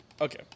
Okay